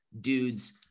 dudes